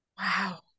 Wow